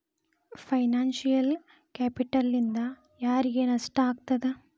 Financial ಕ್ಯಾಪಿಟಲ್ನಿಂದಾ ಯಾರಿಗ್ ನಷ್ಟ ಆಗ್ತದ?